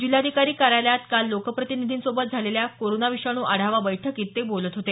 जिल्हाधिकारी कार्यालयात काल लोकप्रतिनिधींसोबत झालेल्या कोरोना विषाणू आढावा बैठकीत ते बोलत होते